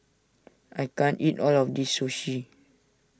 I can't eat all of this Sushi